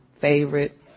favorite